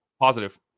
Positive